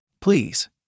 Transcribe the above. Please